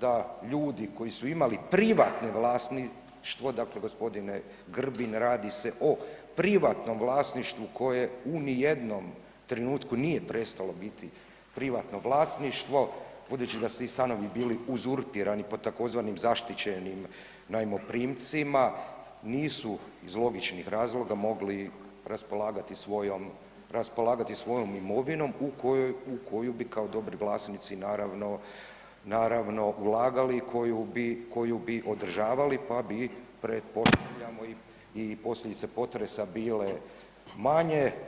da ljudi koji su imali privatno vlasništvo, dakle gospodine Grbin radi se o privatnom vlasništvu koje u nijednom trenutku nije prestalo biti privatno vlasništvo budući da su ti stanovi bili uzurpirani pod tzv. zaštićenim najmoprimcima nisu iz logičnih razloga mogli raspolagati svojom imovinom u koju bi kao dobri vlasnici naravno ulagali i koju bi održavali pa bi pretpostavljamo i posljedice potresa bile manje.